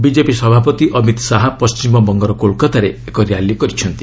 BJP ସଭାପତି ଅମିତ ଶାହା ପଣ୍ଢିମବଙ୍ଗର କୋଲକତାରେ ଏକ ର୍ୟାଲି କରିଛନ୍ତି